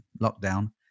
lockdown